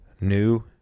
New